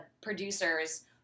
producers